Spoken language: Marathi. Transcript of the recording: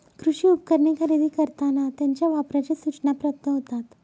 कृषी उपकरणे खरेदी करताना त्यांच्या वापराच्या सूचना प्राप्त होतात